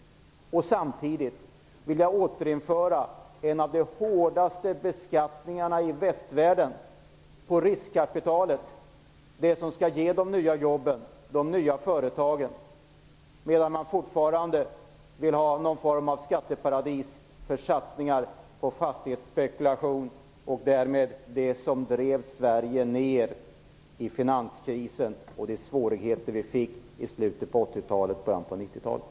Samtidigt vill de återinföra en av västvärldens hårdaste beskattningar av riskkapital, det som skall ge de nya jobben och de nya företagen, medan de fortfarande vill ha någon form av skatteparadis vad gäller satsningar på fastighetsspekulation, det som drev Sverige ner i finanskrisen med de svårigheter vi fick i slutet på 80-talet och början på 90-talet.